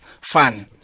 fun